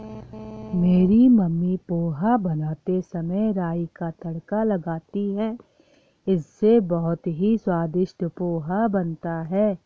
मेरी मम्मी पोहा बनाते समय राई का तड़का लगाती हैं इससे बहुत ही स्वादिष्ट पोहा बनता है